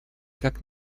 как